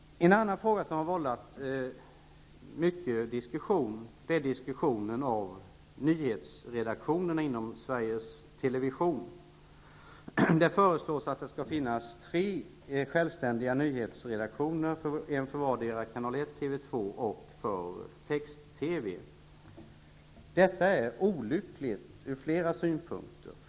En annan fråga som har vållat mycket diskussion gäller nyhetsredaktionerna inom Sveriges Television. Det föreslås att det skall finnas tre självständiga nyhetsredaktioner -- för kanal 1, TV 2 och text-TV. Detta är olyckligt ur flera synpunkter.